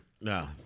No